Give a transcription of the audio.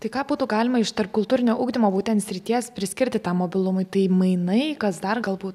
tai ką po to galima iš tarpkultūrinio ugdymo būtent srities priskirti tam mobilumui tai mainai kas dar galbūt